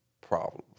problems